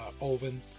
oven